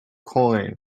coin